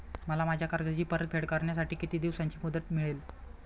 मला माझ्या कर्जाची परतफेड करण्यासाठी किती दिवसांची मुदत मिळेल?